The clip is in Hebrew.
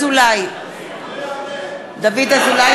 נגד דוד אזולאי,